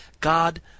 God